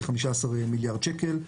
כ-15 מיליארד שקל.